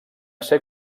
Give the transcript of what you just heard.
ser